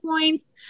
points